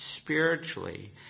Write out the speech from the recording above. spiritually